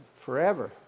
forever